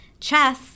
Chess